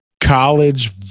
college